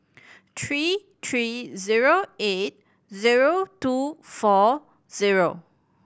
three three zero eight zero two four zero